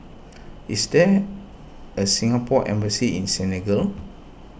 is there a Singapore Embassy in Senegal